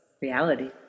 reality